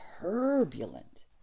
turbulent